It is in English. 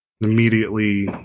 Immediately